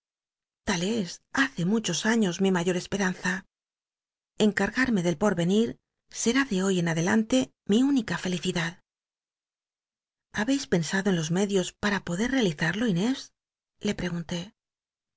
es hace muchos años mi mayor espemnza enca rgarme del ponenir será de hoy en adelante mi única felicidad habeis pensado en los medios pam poder real izal'lo inés le preguntó